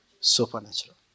Supernatural